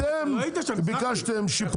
אתם ביקשתם שיפור.